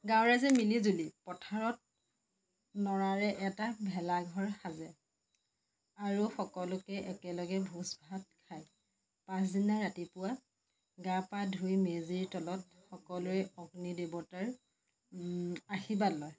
গাঁৱৰ ৰাইজে মিলিজুলি পথাৰত নৰাৰে এটা ভেলা ঘৰ সাজে আৰু সকলোকে একেলগে ভোজ ভাত খায় পাছদিনা ৰাতিপুৱা গা পা ধুই মেজিৰ তলত সকলোৱে অগ্নি দেৱতাৰ আশীৰ্বাদ লয়